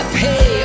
pay